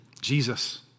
Jesus